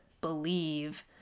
believe